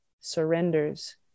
surrenders